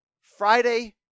Friday